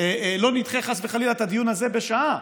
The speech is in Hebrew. לא נדחה, חס וחלילה, את הדיון הזה בשעה.